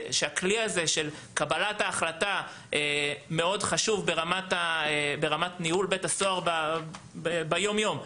שהכלי הזה של קבלת ההחלטה מאוד חשוב ברמת ניהול בית הסוהר ביום יום.